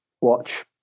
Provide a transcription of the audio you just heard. watch